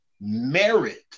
merit